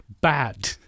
bad